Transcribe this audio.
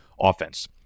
offense